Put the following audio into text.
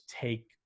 take